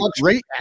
great